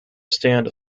stand